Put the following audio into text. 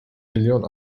milyon